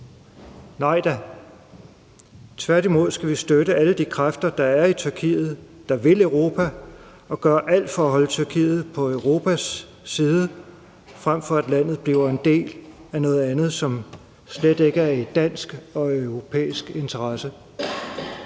Nej da. Tværtimod skal vi støtte alle de kræfter, der er i Tyrkiet og vil Europa, og gøre alt for at holde Tyrkiet på Europas side, frem for at landet bliver en del af noget andet, som slet ikke er i dansk og europæisk interesse.